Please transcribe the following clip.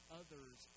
others